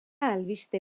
albiste